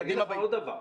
אני אגיד לך עוד דבר.